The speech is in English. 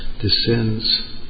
descends